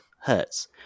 hertz